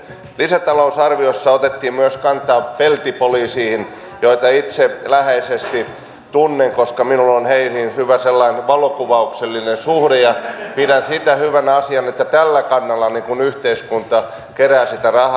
lisätalousarviossa otettiin kantaa myös peltipoliiseihin joita itse läheisesti tunnen koska minulla on heihin hyvä sellainen valokuvauksellinen suhde ja pidän sitä hyvänä asiana että tällä kannalla yhteiskunta kerää sitä rahaa